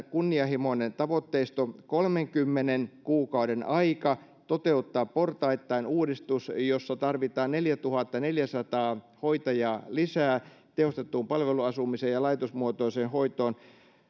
kunnianhimoinen tavoitteisto kolmenkymmenen kuukauden aika toteuttaa portaittain uudistus jossa tarvitaan neljätuhattaneljäsataa hoitajaa lisää tehostettuun palveluasumiseen ja laitosmuotoiseen hoitoon